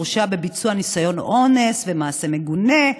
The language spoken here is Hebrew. והוא הורשע בביצוע ניסיון אונס ומעשה מגונה.